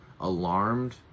alarmed